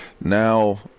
now